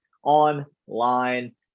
Online